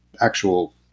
actual